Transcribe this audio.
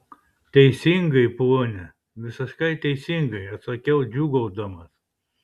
teisingai pone visiškai teisingai atsakiau džiūgaudamas